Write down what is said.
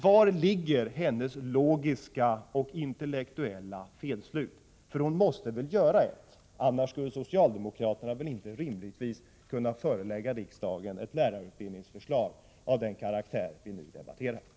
Vari ligger hennes logiska och intellektuella felslut? För hon måste väl göra ett, annars skulle socialdemokraterna rimligtvis inte kunna förelägga riksdagen ett lärarutbildningsförslag av den karaktär vi nu diskuterar.